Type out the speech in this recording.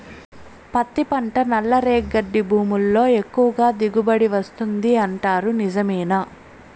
పత్తి పంట నల్లరేగడి భూముల్లో ఎక్కువగా దిగుబడి వస్తుంది అంటారు నిజమేనా